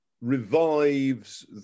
revives